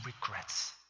regrets